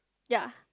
ya